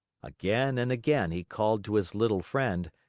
again and again he called to his little friend,